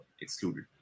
excluded